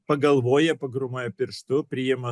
pagalvoja pagrūmoja pirštu priima